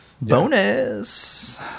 bonus